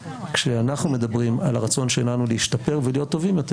כשאנחנו מדברים על הרצון שלנו להשתפר ולהיות טובים יותר,